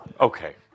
Okay